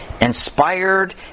inspired